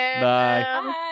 Bye